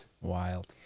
Wild